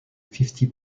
fifty